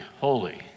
holy